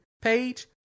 page